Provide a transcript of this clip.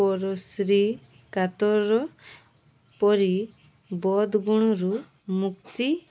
ପରଶ୍ରୀ କାତର ପରି ବଦ୍ ଗୁଣରୁ ମୁକ୍ତି